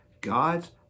God's